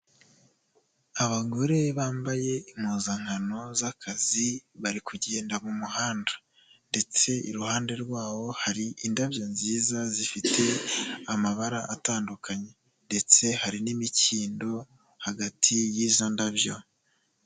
Abagore bambaye impuzankano z'akazi, bari kugenda mu muhanda ndetse iruhande rwawo hari indabyo nziza zifite amabara atandukanye ndetse hari n'imikindo hagati y'izo ndabyo.